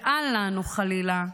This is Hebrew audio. ואל לנו, חלילה,